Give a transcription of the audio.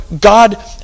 God